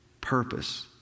purpose